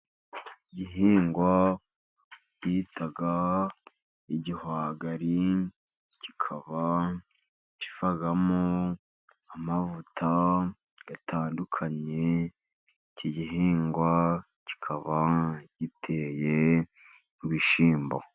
Igihingwa bita igihwagari kikaba kivamo amavuta atandukanye. Iki gihingwa kikaba giteye nk'ibishyimbo.